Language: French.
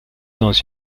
dans